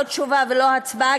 לא תשובה ולא הצבעה,